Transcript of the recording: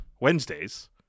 Wednesdays